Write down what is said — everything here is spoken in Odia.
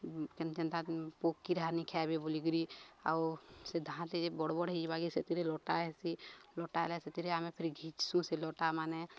କେନ୍ ଯେନ୍ତା ପୋକ୍ କୀଡା ହାନି ଖାଇବେ ବୋଲିକିରି ଆଉ ସେ ଧାନ୍ ଯେ ବଡ଼ ବଡ଼ ହେଇଯବାକି ସେଥିରେ ଲୋଟା ହେସି ଲଟା ହେଲା ସେଥିରେ ଆମେ ଫେରି ଘିଚସୁଁ ସେ ଲଟା ମାନେ